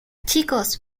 chicos